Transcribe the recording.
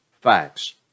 facts